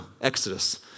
Exodus